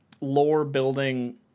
lore-building